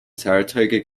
saratoga